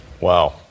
Wow